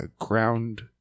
Ground